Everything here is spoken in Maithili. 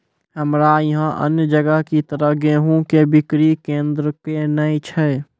हमरा यहाँ अन्य जगह की तरह गेहूँ के बिक्री केन्द्रऽक नैय छैय?